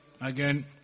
again